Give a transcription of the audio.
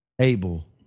Abel